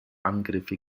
angriffe